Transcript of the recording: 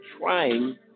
trying